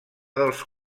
dels